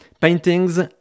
paintings